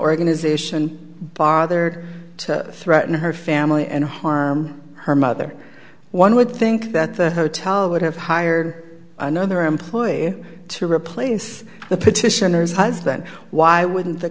organization bothered to threaten her family and harm her mother one would think that the hotel would have hired another employee to replace the petitioner's husband why wouldn't the